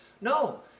No